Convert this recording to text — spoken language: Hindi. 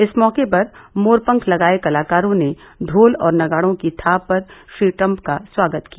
इस मौके पर मोरपंख लगाये कलाकारों ने ढोल और नगाड़ों की थाप पर श्री ट्रम्प का स्वागत किया